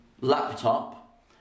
laptop